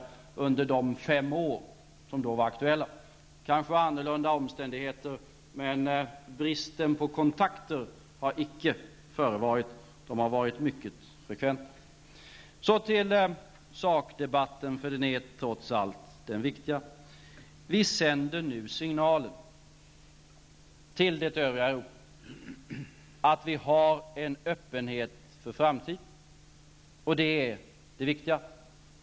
Kanske var omständigheterna annorlunda, men någon brist på kontakter har icke förevarit nu, utan kontakterna har varit mycket frekventa. Så till sakdebatten, för den är trots allt viktigast. Vi sänder nu signaler till det övriga Europa, att vi har en öppenhet för framtiden, och detta är det viktiga.